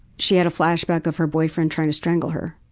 she had a flashback of her boyfriend trying to strangle her.